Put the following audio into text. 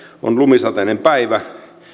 on lumisateinen päivä